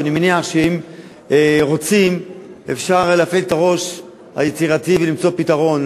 ואני מניח שאם רוצים אפשר להפעיל את הראש היצירתי ולמצוא פתרון.